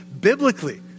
biblically